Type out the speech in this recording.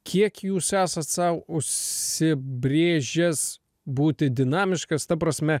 kiek jūs esat sau užsibrėžęs būti dinamiškas ta prasme